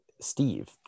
Steve